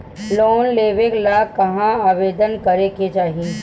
Loan लेवे ला कहाँ आवेदन करे के चाही?